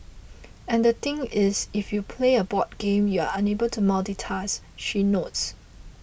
and the thing is if you play a board game you are unable to multitask she notes